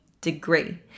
degree